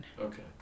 Okay